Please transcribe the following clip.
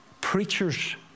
preachers